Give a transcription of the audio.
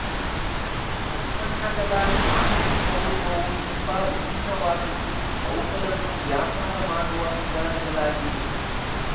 ಉತ್ಪನ್ನಗಳ ಕಾನೂನು ಸ್ವರೂಪವು ತುಂಬಾ ವಿಭಿನ್ನವಾಗಿದ್ದು ಅವುಗಳನ್ನು ವ್ಯಾಪಾರ ಮಾಡುವ ವಿಧಾನಗಳಾಗಿವೆ